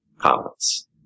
comments